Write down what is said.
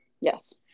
Yes